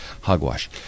Hogwash